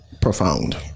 profound